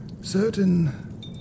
certain